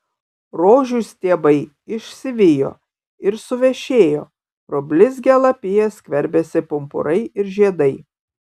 rožių stiebai išsivijo ir suvešėjo pro blizgią lapiją skverbėsi pumpurai ir žiedai